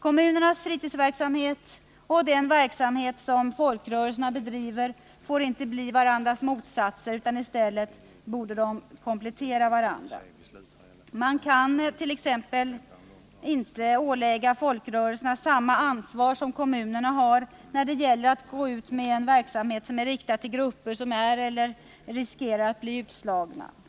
Kommunernas fritidsverksamhet och den verksamhet som folkrörelserna bedriver får inte bli varandras motsatser. I stället bör de komplettera varandra. Man kant.ex. inte ålägga folkrörelserna samma ansvar som kommunerna har när det gäller att gå ut med verksamhet som är riktad till grupper som är eller riskerar att bli utslagna.